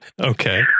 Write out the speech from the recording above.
Okay